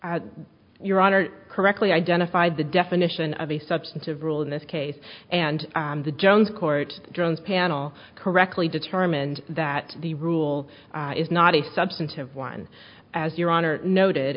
honor your honor correctly identified the definition of a substantive rule in this case and the jones court jones panel correctly determined that the rule is not a substantive one as your honor noted